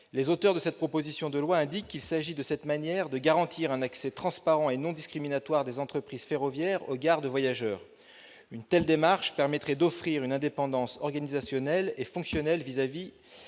les auteurs de cette proposition de loi indiquent qu'il s'agit de « garantir un accès transparent et non discriminatoire des entreprises ferroviaires aux gares de voyageurs ». Une telle démarche permettrait d'offrir « une indépendance organisationnelle et fonctionnelle vis-à-vis